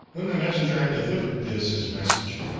when the messenger had delivered this his message,